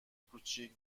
کوچیک